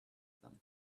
them